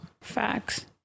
Facts